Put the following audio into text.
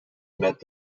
met